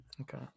Okay